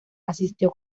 asistió